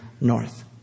north